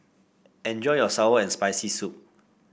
enjoy your sour and Spicy Soup